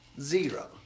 Zero